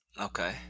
Okay